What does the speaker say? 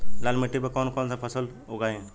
लाल मिट्टी पर कौन कौनसा फसल उगाई?